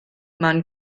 man